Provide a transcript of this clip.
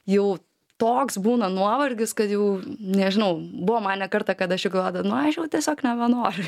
jau toks būna nuovargis kad jau nežinau buvo man ne kartą kad aš jau galvodavau nu aš jau tiesiog nebenoriu